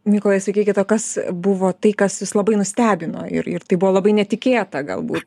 mykolai sakykit o kas buvo tai kas jus labai nustebino ir ir tai buvo labai netikėta galbū